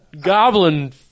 goblin